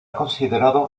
considerado